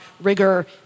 rigor